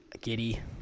Giddy